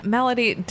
Melody